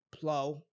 plow